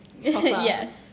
yes